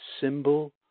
symbol